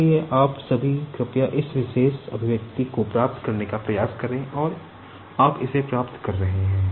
इसलिए आप सभी कृपया इस विशेष एक्सप्रेशन को प्राप्त करने का प्रयास करें और आप इसे प्राप्त कर रहे हैं